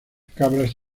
cabras